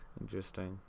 Interesting